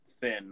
thin